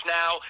now